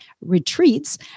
Retreats